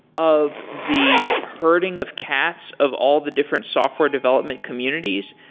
of the herding of cats, of all the different software development communities.